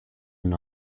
and